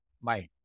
mind